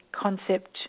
concept